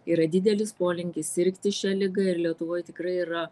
yra didelis polinkis sirgti šia liga ir lietuvoj tikrai yra